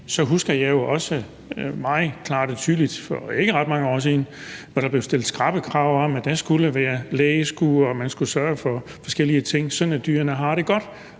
ret mange år siden blev stillet skrappe krav om, at der skulle være læskur, og at man skulle sørge for forskellige ting, sådan at dyrene har det godt,